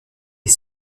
est